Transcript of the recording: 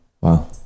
Wow